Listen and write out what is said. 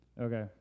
Okay